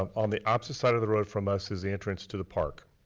um on the opposite side of the road from us is the entrance to the park.